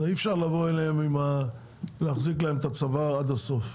אי אפשר להחזיק אותם בצוואר עד הסוף.